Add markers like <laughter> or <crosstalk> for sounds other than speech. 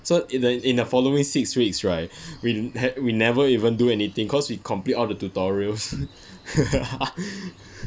so in the in the following six weeks right we had we never even do anything cause we complete all the tutorials <laughs>